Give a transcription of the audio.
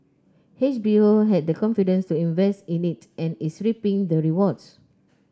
H B O had the confidence to invest in it and is reaping the rewards